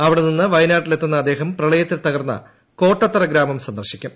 അവിടെ നിന്ന് വയനാട്ടിലെത്തുന്ന അദ്ദേഹം പ്രളയത്തിൽ തകർന്ന കോട്ടത്തറ ഗ്രാമം സന്ദർശിക്കും